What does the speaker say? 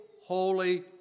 holy